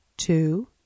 Two